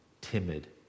timid